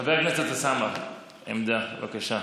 חבר הכנסת אוסאמה, עמדה, בבקשה.